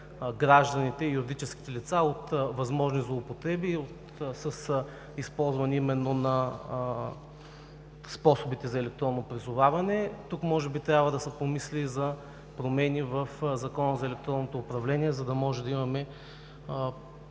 гражданите и юридическите лица от възможно злоупотреби, от използване на способите за електронно призоваване. Тук може да се помисли за промени в Закона за електронното управление, за да имаме